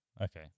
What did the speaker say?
Okay